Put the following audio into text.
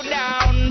down